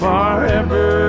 Forever